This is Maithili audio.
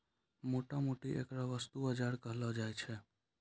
मोटा मोटी ऐकरा वस्तु बाजार कहलो जाय छै